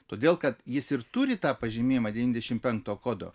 todėl kad jis ir turi tą pažymėjimą devyniasdešimt penkto kodo